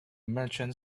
merchant